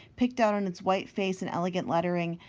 picked out on its white face in elegant lettering,